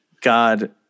God